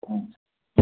हुन्छ